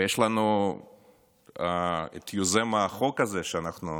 ויש לנו את יוזם החוק הזה, שאנחנו